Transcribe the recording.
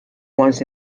once